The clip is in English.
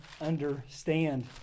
understand